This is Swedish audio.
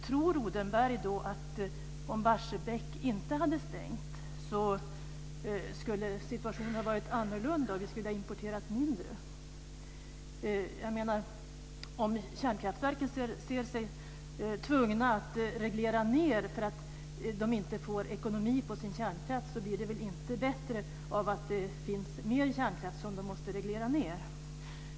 Tror Odenberg att om Barsebäck inte hade stängts skulle situationen ha varit annorlunda och att vi skulle ha importerat mindre? Om kärnkraftverken känner sig tvungna att reglera ned därför att de inte får ekonomi på sin kärnkraft blir det väl inte bättre av att det finns mer kärnkraft som de måste reglera ned?